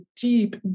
deep